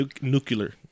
nuclear